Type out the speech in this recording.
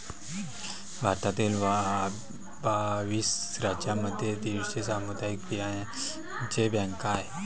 भारतातील बावीस राज्यांमध्ये दीडशे सामुदायिक बियांचे बँका आहेत